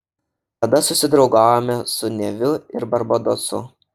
tada susidraugavome su neviu ir barbadosu